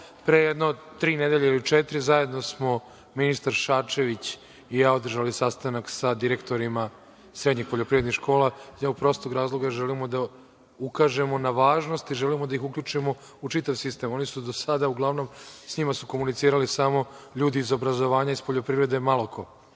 Pre jedno tri nedelje, ili četiri, zajedno smo ministar Šarčević i ja održali sastanak sa direktorima srednjih poljoprivrednih škola, iz jednog prostog razloga želimo da im ukažemo na važnosti i želimo da ih uključimo u čitav sistem. Oni su do sada, uglavnom sa njima su komunicirali samo ljudi iz obrazovanja, a iz poljoprivrede malo ko.